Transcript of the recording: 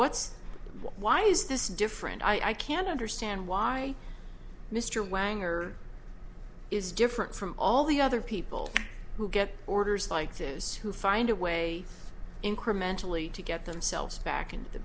what's why is this different i can't understand why mr wang or is different from all the other people who get orders like this who find a way incrementally to get